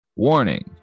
Warning